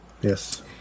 Yes